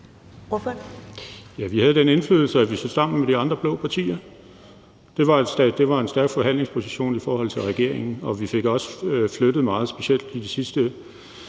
(NB): Vi havde den indflydelse, at vi stod sammen med de andre blå partier. Det var en stærk forhandlingsposition i forhold til regeringen, og vi fik også flyttet meget, specielt i de sidste